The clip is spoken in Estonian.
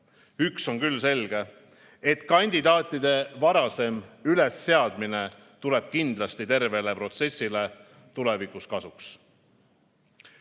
Üks on küll selge, et kandidaatide varasem ülesseadmine tuleb kindlasti tervele protsessile tulevikus kasuks. Head